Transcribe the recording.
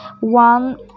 One